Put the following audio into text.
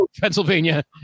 Pennsylvania